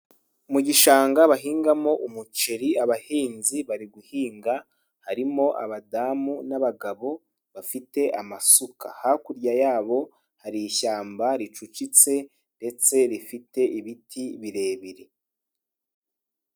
Mu gishanga bahingamo umuceri, abahinzi bari guhinga harimo abadamu n'abagabo bafite amasuka. Hakurya yabo hari ishyamba ricukitse ndetse rifite ibiti birebire.